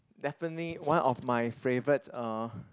definitely one of my favorites uh